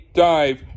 dive